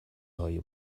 های